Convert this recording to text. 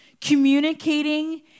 communicating